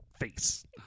face